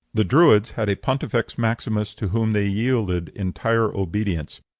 the druids had a pontifex maximus to whom they yielded entire obedience.